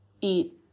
eat